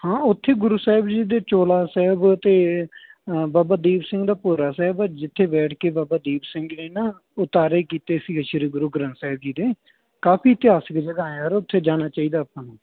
ਹਾਂ ਉੱਥੇ ਗੁਰੂ ਸਾਹਿਬ ਜੀ ਦੇ ਚੋਲਾ ਸਾਹਿਬ ਅਤੇ ਬਾਬਾ ਦੀਪ ਸਿੰਘ ਦਾ ਭੋਰਾ ਸਾਹਿਬ ਆ ਜਿੱਥੇ ਬੈਠ ਕੇ ਬਾਬਾ ਦੀਪ ਸਿੰਘ ਜੀ ਨੇ ਨਾ ਉਤਾਰੇ ਕੀਤੇ ਸੀ ਸ਼੍ਰੀ ਗੁਰੂ ਗ੍ਰੰਥ ਸਾਹਿਬ ਜੀ ਦੇ ਕਾਫੀ ਇਤਿਹਾਸਿਕ ਜਗ੍ਹਾ ਹੈ ਯਾਰ ਉੱਥੇ ਜਾਣਾ ਚਾਹੀਦਾ ਆਪਾਂ ਨੂੰ